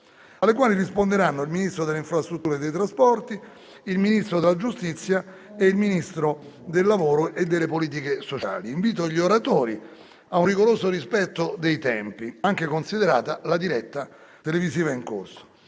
alle quali risponderanno il Ministro delle infrastrutture e dei trasporti, il Ministro della giustizia e il Ministro del lavoro e delle politiche sociali. Invito gli oratori ad un rigoroso rispetto dei tempi, considerata la diretta televisiva in corso.